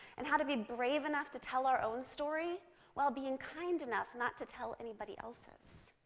and how to be brave enough to tell our own story while being kind enough not to tell anybody else's.